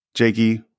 Jakey